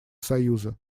союза